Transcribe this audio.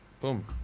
Boom